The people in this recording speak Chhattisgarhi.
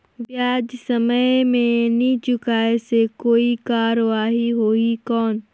ब्याज समय मे नी चुकाय से कोई कार्रवाही होही कौन?